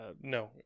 no